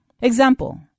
Example